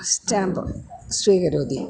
stamp स्वीकरोति